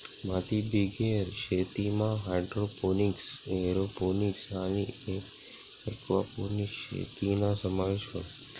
मातीबिगेर शेतीमा hydroponics, aeroponics आणि एक्वापोनिक्स शेतीना समावेश व्हस